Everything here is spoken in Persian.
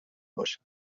باشن